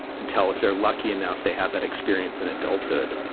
until, if they're lucky enough, they have that experience in adulthood.